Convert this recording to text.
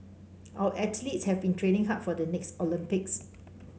our athletes have been training hard for the next Olympics